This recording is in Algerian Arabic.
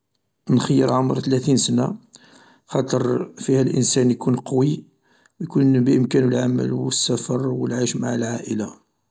.نخير عمر ثلاثين سنة خاطر فيها الانسان يكون قوي و يكون بإمكانو العمل و السفر و العيش مع العائلة